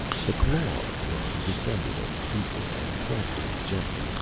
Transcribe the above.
the claw of the arm descended over the beaker and clasping it gently,